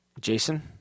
Jason